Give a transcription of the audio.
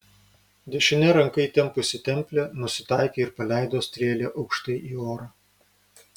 dešine ranka įtempusi templę nusitaikė ir paleido strėlę aukštai į orą